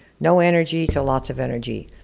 no energy to lots of energy,